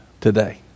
today